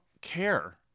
care